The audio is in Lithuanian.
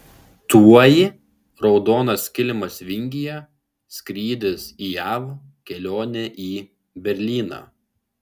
tuoj raudonas kilimas vingyje skrydis į jav kelionė į berlyną